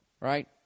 right